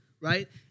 right